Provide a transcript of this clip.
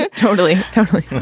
ah totally totally.